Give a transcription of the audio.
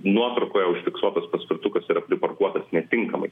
nuotraukoje užfiksuotas paspirtukas yra priparkuotas netinkamai